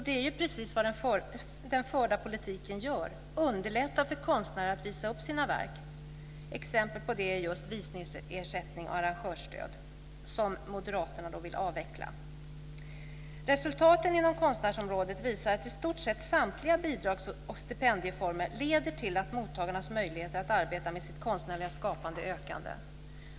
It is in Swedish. Det är ju precis vad den förda politiken gör. Den underlättar för konstnärer att visa upp sina verk. Exempel på det är just visningsersättning och arrangörsstöd, som moderaterna då vill avveckla. Resultaten inom konstnärsområdet visar att i stort sett samtliga bidrags och stipendieformer leder till att mottagarnas möjligheter att arbeta med sitt konstnärliga skapande ökar.